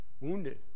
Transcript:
wounded